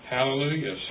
Hallelujah